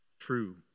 true